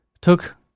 took